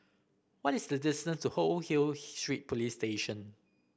what is the distance to Old Hill Street Police Station